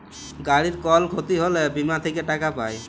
গাড়ির কল ক্ষতি হ্যলে বীমা থেক্যে টাকা পায়